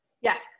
Yes